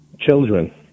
children